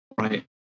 right